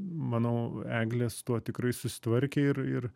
manau eglė su tuo tikrai susitvarkė ir ir